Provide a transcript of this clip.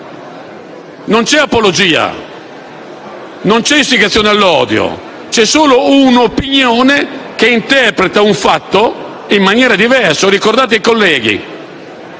Non c'è apologia, non c'è istigazione all'odio, c'è solo un'opinione che interpreta un fatto in maniera diversa. Ricordate, colleghi,